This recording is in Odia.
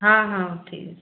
ହଁ ହଉ ଠିକ୍ ଅଛି